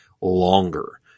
longer